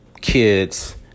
kids